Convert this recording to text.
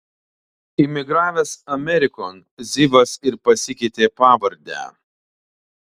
imigravęs amerikon zivas ir pasikeitė pavardę